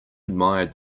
admired